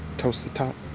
toast the top.